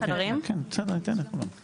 כבוד יושב הראש